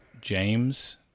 James